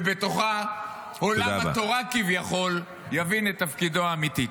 ובתוכה עולם התורה כביכול יבין את תפקידו האמיתי.